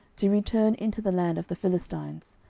to return into the land of the philistines.